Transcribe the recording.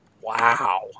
Wow